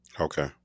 Okay